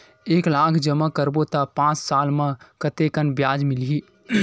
एक लाख जमा करबो त पांच साल म कतेकन ब्याज मिलही?